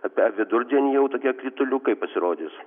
apie vidurdienį jau tokie krituliukai pasirodys